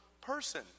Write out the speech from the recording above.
person